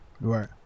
right